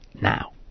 now